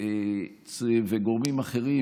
וגורמים אחרים,